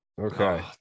Okay